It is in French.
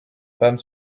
femme